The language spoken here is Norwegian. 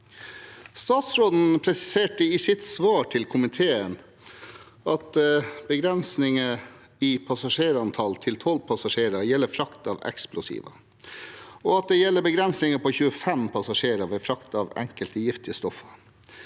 Statsråden presiserte i sitt svar til komiteen at begrensninger i passasjerantall på 12 passasjerer gjelder frakt av eksplosiver, og at det gjelder begrensninger på 25 passasjerer ved frakt av enkelte giftige stoffer,